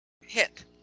hit